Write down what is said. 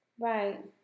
right